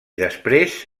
després